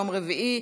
יום רביעי,